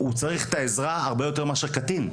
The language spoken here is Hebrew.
הוא זקוק לעזרה הרבה יותר מקטין.